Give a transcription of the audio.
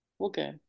okay